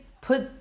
put